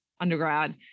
undergrad